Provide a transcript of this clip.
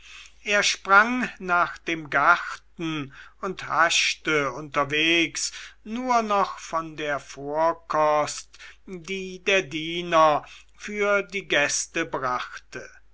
er sprang nach dem garten und haschte unterwegs nur etwas von der vorkost die der diener für die gäste brachte